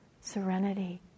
serenity